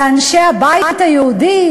לאנשי הבית היהודי?